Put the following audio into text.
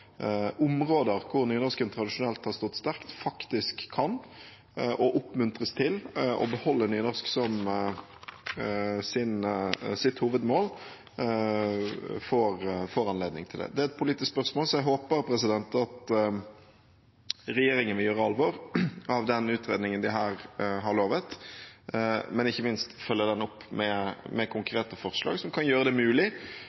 områder hvor nynorsken tradisjonelt har stått sterkt, faktisk kan – og oppmuntres til å – beholde nynorsk som sitt hovedmål, og får anledning til det. Dette er et politisk spørsmål, så jeg håper at regjeringen vil gjøre alvor av den utredningen de her har lovet, og ikke minst følger den opp med